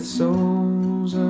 souls